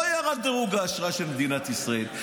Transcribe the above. ולא ירד דירוג האשראי של מדינת ישראל.